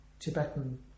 Tibetan